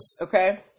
Okay